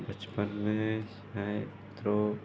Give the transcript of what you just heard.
बचपन में ऐं हेतिरो